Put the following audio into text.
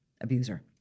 abuser